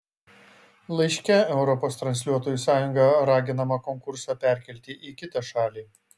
laiške europos transliuotojų sąjunga raginama konkursą perkelti į kitą šalį